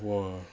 !whoa!